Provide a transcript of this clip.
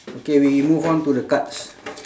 okay we move on to the cards